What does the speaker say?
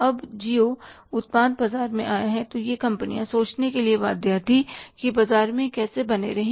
जब JIO जिओ उत्पाद बाजार में आया तो ये कंपनियां सोचने के लिए बाध्य थीं कि बाजार में कैसे बने रहें